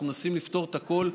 אנחנו מנסים לפתור את הכול.